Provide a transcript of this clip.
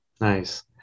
nice